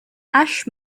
ash